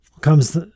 comes